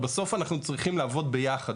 אבל בסוף אנחנו צריכים לעבוד ביחד.